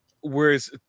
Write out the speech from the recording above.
Whereas